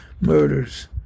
murders